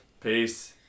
Peace